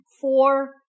four